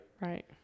right